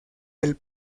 del